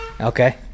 okay